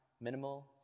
minimal